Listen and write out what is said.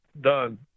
done